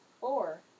four